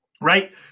right